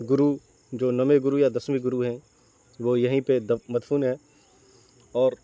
گرو جو نویں گرو یا دسویں گرو ہیں وہ یہیں پہ مدفون ہیں اور